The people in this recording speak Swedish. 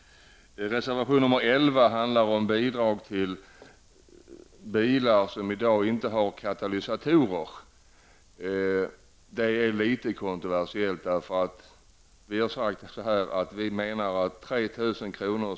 Reservation nr 11 handlar om bidrag till bilar som i dag inte har katalysator. Det är litet kontroversiellt. Vi menar att 3 000 kr.